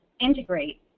integrate